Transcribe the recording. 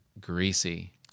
greasy